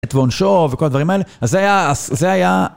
"החטא ועונשו" וכל דברים האלה, אז זה היה...